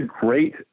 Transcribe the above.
great